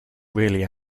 really